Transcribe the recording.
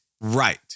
Right